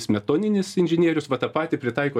smetoninis inžinierius va tą patį pritaiko